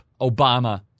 Obama